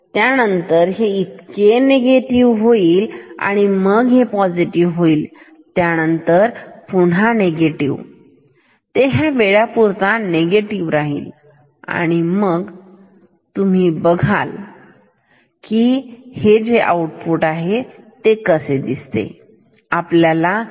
त्यानंतर हे इकडे निगेटिव होईल आणि मग हे पॉझिटिव्ह होईल त्यानंतर पुन्हा हे निगेटिव होईल ते ह्या वेळेपुरता निगेटिव राहील मग तुम्ही असं बघाल कसे आहे आऊटपुट बघा हे कसे होईल आउटपुट